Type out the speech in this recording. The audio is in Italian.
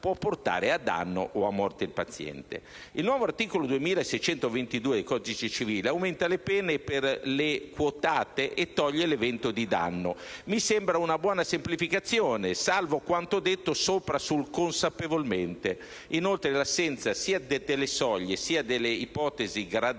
può portare a danno o a morte il paziente. Il nuovo articolo 2622 del codice civile aumenta le pene per le società quotate e toglie l'evento di danno. Mi sembra una buona semplificazione, salvo quanto detto sopra sul «consapevolmente». Inoltre, l'assenza sia delle soglie sia delle ipotesi gradate